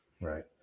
Right